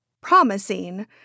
Promising